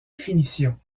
finitions